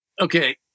Okay